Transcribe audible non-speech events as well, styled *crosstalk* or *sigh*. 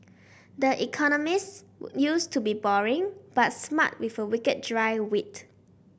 the economist *unintelligible* used to be boring but smart with a wicked dry wit